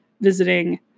visiting